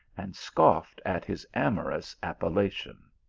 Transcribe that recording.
and scoffed at his amorous appellation.